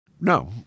No